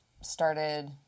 started –